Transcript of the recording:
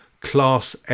class